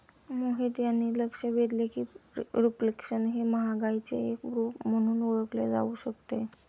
मोहित यांनी लक्ष वेधले की रिफ्लेशन हे महागाईचे एक रूप म्हणून मानले जाऊ शकते